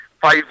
Five